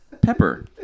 pepper